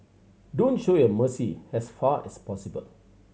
don't show your mercy as far as possible